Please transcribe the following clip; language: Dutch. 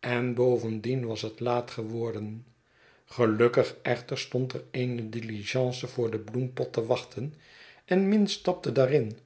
en bovendien was het laat geworden gelukkig echter stond er eene diligence voor de bloempot te wachten en minns stapte daarin